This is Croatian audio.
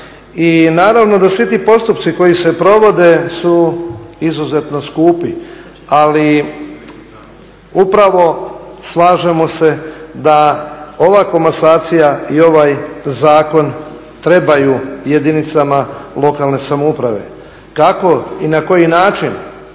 naravno da svi ti postupci koji se provode su izuzetno skupi. Ali upravo slažemo se da ova komasacija i ovaj zakon trebaju jedinicama lokalne samouprave. Kako i na koji način,